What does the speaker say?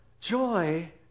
Joy